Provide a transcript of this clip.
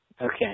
Okay